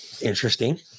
Interesting